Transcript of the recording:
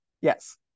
yes